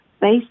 based